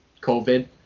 COVID